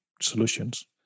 solutions